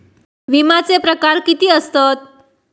विमाचे प्रकार किती असतत?